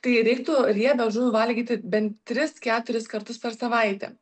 tai reiktų riebią žuvį valgyti bent tris keturis kartus per savaitę